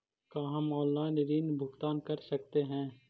का हम आनलाइन ऋण भुगतान कर सकते हैं?